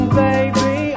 baby